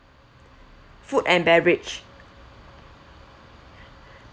food and beverage